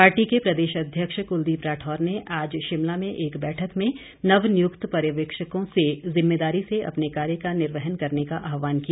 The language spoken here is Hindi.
पार्टी के प्रदेशाध्यक्ष कुलदीप राठौर ने आज शिमला में एक बैठक में नवनियुक्त पर्यवेक्षकों से जिम्मेदारी से अपने कार्य का निर्वहन करने का आहवान किया